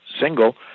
single